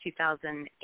2008